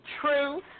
true